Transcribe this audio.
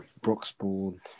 Broxbourne